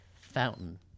Fountain